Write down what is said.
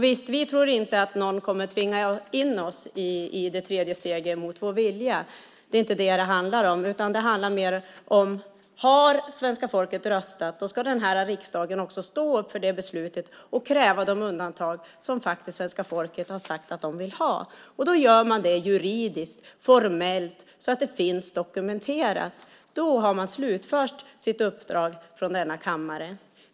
Vi tror såklart inte att någon kommer att tvinga in oss i det tredje steget mot vår vilja. Det handlar inte om det utan om att svenska folket har röstat och att riksdagen då ska stå upp för det beslutet och kräva de undantag som svenska folket har sagt att de vill ha och att man ska göra det juridiskt och formellt så att det finns dokumenterat. Då har man från denna kammare slutfört sitt uppdrag.